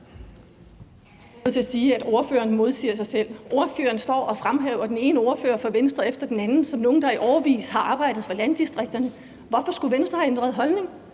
Jeg er nødt til at sige, at ordføreren modsiger sig selv. Ordføreren står og fremhæver den ene ordfører fra Venstre efter den anden som nogle, der i årevis har arbejdet for landdistrikterne. Hvorfor skulle Venstre have ændret holdning?